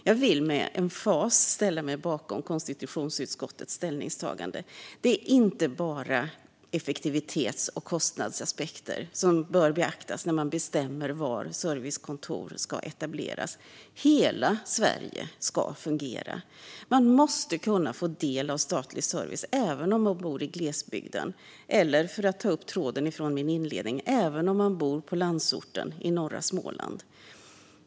Jag vill med emfas ställa mig bakom konstitutionsutskottets ställningstagande. Det är inte bara effektivitets och kostnadsaspekter som bör beaktas när man bestämmer var servicekontor ska etableras. Hela Sverige ska fungera. Man måste kunna få del av statlig service även om man bor i glesbygden, eller, för att ta upp tråden från min inledning, även om man bor i landsorten i norra Småland.